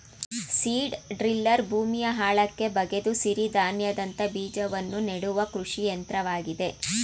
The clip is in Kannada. ಸೀಡ್ ಡ್ರಿಲ್ಲರ್ ಭೂಮಿಯ ಆಳಕ್ಕೆ ಬಗೆದು ಸಿರಿಧಾನ್ಯದಂತ ಬೀಜವನ್ನು ನೆಡುವ ಕೃಷಿ ಯಂತ್ರವಾಗಿದೆ